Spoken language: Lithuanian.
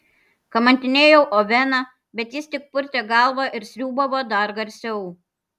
kamantinėjau oveną bet jis tik purtė galvą ir sriūbavo dar garsiau